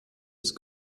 ist